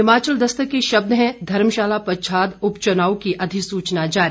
हिमाचल दस्तक के शब्द हैं धर्मशाला पच्छाद उपचुनाव की अधिसूचना जारी